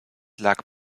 lag